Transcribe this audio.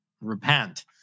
repent